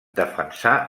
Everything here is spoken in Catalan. defensà